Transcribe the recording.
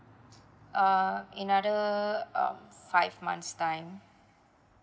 uh another um five months time